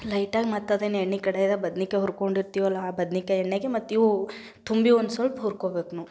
ಲೈಟಾಗಿ ಮತ್ತದನ್ನೇ ಎಣ್ಣೆ ಕಡೆದ ಬದ್ನಿಕಾಯಿ ಹುರ್ಕೊಂಡಿರ್ತೀವಲ್ಲ ಆ ಬದ್ನಿಕಾಯಿ ಎಣ್ಣೆಗೆ ಮತ್ತಿವು ತುಂಬಿ ಒಂದು ಸಲ್ಪ್ ಹುರ್ಕೊಬೇಕು